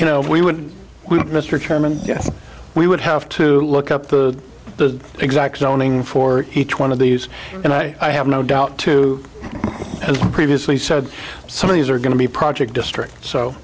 you know we would mr chairman yes we would have to look up the the exact zoning for each one of these and i have no doubt too as previously said some of these are going to be project district so